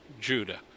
Judah